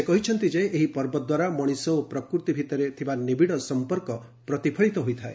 ସେ କହିଛନ୍ତି ଯେ ଏହି ପର୍ବ ଦ୍ୱାରା ମଣିଷ ଓ ପ୍ରକୃତି ଭିତରେ ଥିବା ନିବିଡ଼ ସମ୍ପର୍କ ପ୍ରତିଫଳିତ ହୋଇଥାଏ